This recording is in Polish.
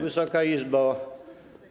Wysoka Izbo!